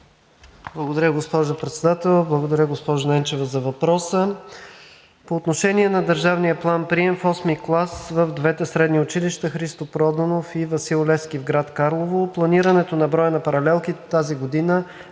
Благодаря, госпожо Председател. Благодаря, госпожо Ненчева, за въпроса. По отношение на държавния план-прием в VIII клас в двете средни училища „Христо Проданов“ и „Васил Левски“ в град Карлово планирането на броя на паралелките тази година